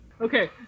Okay